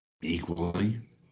equally